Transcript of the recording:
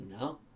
no